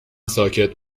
ساکت